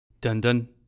Dun-dun